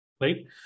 right